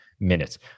minutes